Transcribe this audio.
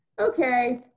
okay